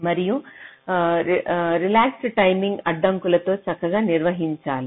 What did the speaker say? మరియు relaxed timing అడ్డంకులతో చక్కగా నిర్వహించాలి